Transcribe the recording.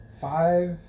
Five